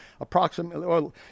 approximately